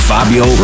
Fabio